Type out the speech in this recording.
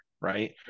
Right